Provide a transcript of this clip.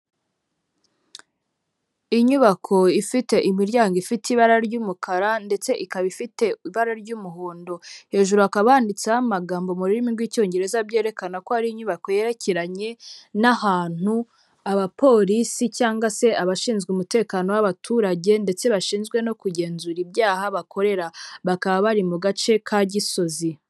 Inyubako ifite imiryango ifite ibara ry'umukara ndetse ikaba ifite ibara ry'umuhondo hejuru hakaba habanditseho amagambo mu rurimi rw'icyongereza byerekana ko hari inyubako yerekeranye n'ahantu abapolisi cyangwa se abashinzwe umutekano w'abaturage ndetse bashinzwe no kugenzura ibyaha bakorera, bakaba bari mu gace ka Gisozi.